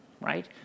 right